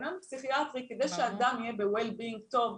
כדי שאדם יהיה ב-Well being טוב,